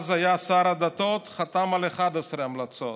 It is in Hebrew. שאז היה שר הדתות, חתם על 11 המלצות,